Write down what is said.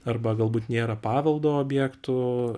arba galbūt nėra paveldo objektų